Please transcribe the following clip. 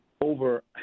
over